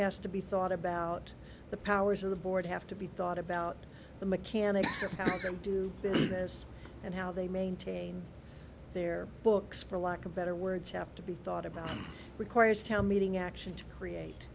has to be thought about the powers of the board have to be thought about the mechanics of how they can do business and how they maintain their books for lack of better words have to be thought about requires town meeting action to create